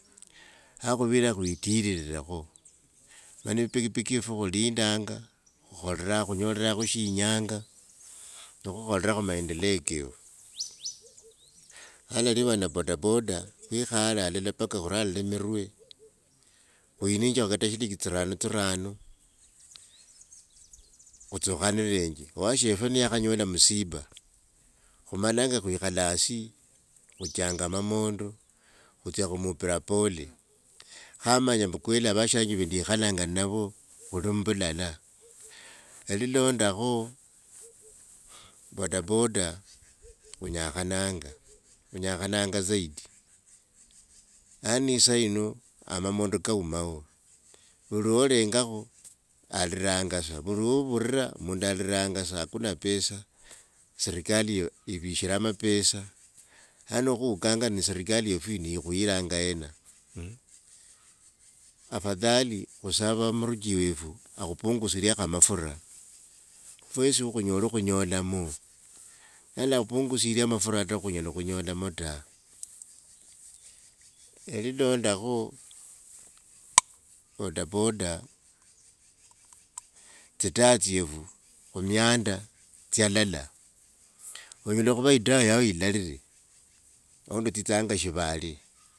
Akhuvira khwitirirekho, mani e pikipiki ifwe khulindanga, kholrakho, khunyolirakho shi inyanga nikhukholrakho maendeleo kefu. Alali vana bodaboda khwikhale halala mpaka khure halala mirwe, khuininjekho kata tsi shilinji tsirano tsirano, khutsukhanirenje. Washefwe niyakhanyola msiba, khumalanga khwikhala hasi khuchanga mamondo khutsya khumupra pole. Kha amanya kweli vashanje va nikhalanga navo khuli mu mbulala. E lilondakho bodaboda khunyakhananga, khunyakhananga zaidi. Yaani e saa yino amamondo kaumao, vuli wolengakho aliranga sa, vuli wovulira mundu aliranga sa hakuna pesa. serikali yo, ivishre amapesa, yani kho ukanga ni sirikali yefu ikhu iranga yena. Afadhali khusava muruchi wefu akhupungusirye amafura fwesi kho khunyole khunyolamu. Nala khupungusire mafura ta khunyela khunyolamu ta. E lilondakho bodaboda tsi taa tsyefu khu mianda tsya lala. Onyela khuva e taa yao ilarire aundi utsitsanga shibale.